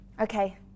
Okay